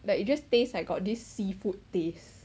like you just taste like got this seafood taste